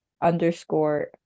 underscore